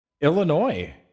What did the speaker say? Illinois